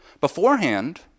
Beforehand